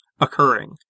occurring